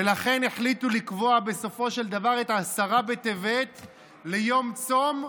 ולכן החליטו לקבוע בסופו של דבר את עשרה בטבת ליום צום,